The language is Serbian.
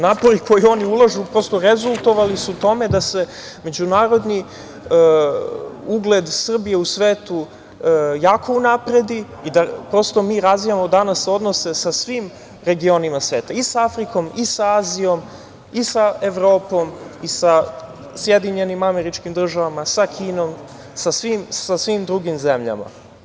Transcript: Napori koje oni ulažu prosto rezultovali su tome da se međunarodni ugled Srbije u svetu jako unapredi i da, prosto, mi razvijamo danas odnose sa svim regionima sveta, i sa Afrikom i sa Azijom i sa Evropom i sa SAD, sa Kinom i sa svim drugim zemljama.